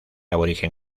aborigen